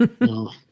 No